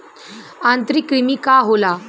आंतरिक कृमि का होला?